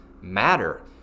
matter